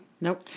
Nope